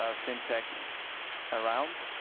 ah fintech around